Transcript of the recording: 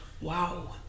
Wow